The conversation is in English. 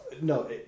No